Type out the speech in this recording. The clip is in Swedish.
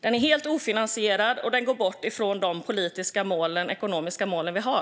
Den är helt ofinansierad, och den går bort ifrån de politiska ekonomiska mål vi har.